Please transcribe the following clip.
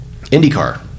IndyCar